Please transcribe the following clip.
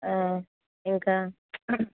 ఇంకా